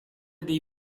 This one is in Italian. dei